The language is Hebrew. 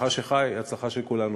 הצלחה שלך היא הצלחה של כולנו.